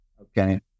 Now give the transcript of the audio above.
Okay